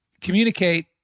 communicate